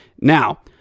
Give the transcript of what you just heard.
Now